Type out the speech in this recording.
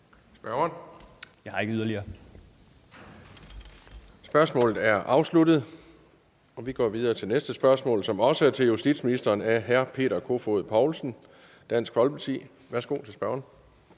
(Kristian Pihl Lorentzen): Spørgsmålet er afsluttet. Vi går videre til næste spørgsmål, som også er til justitsministeren af hr. Peter Kofod Poulsen, Dansk Folkeparti. Kl. 17:02 Spm. nr.